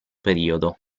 periodo